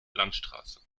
landstraße